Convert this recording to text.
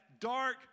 dark